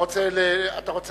אתה רוצה לומר?